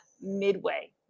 Midway